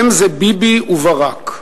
הם זה ביבי וברק,